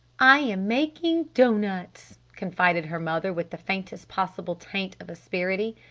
i am making doughnuts, confided her mother with the faintest possible taint of asperity.